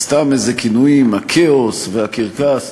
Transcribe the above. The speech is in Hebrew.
אז סתם איזה כינויים: הכאוס והקרקס.